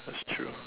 that's true